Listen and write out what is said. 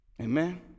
Amen